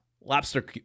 Lobster